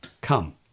come